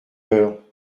heure